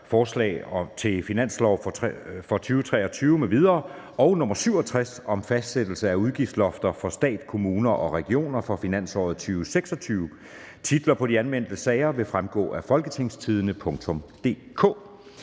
forslag til finanslov for 2023 m.v.)) og Lovforslag nr. L 67 (Forslag til lov om fastsættelse af udgiftslofter for stat, kommuner og regioner for finansåret 2026). Titler på de anmeldte sager vil fremgå af www.folketingstidende.dk